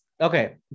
Okay